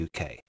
UK